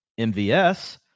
MVS